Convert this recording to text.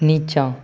नीचाँ